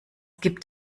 gibt